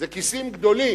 זה כיסים גדולים,